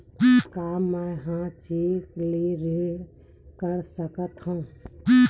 का मैं ह चेक ले ऋण कर सकथव?